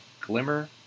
glimmer